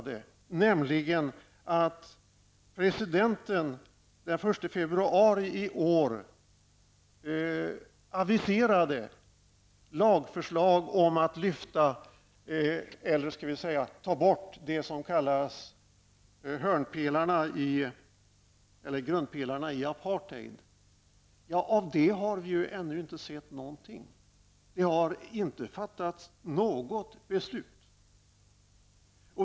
Det Inger februari i år aviserat ett lagförslag om att ta bort det som kallas grundpelarna i apartheid, har vi ännu inte sett någonting av. Det har inte fattats något beslut.